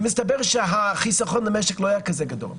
מסתבר שהחיסכון למשק לא היה כזה גדול,